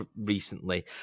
recently